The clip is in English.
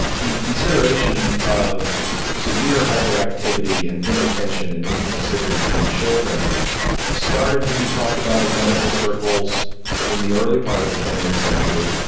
the consideration of severe hyperactivity and inattention and impulsivity in children started to be talked about in medical circles in the early part of the twentieth century.